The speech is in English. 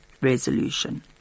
resolution